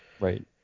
Right